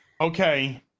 Okay